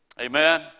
Amen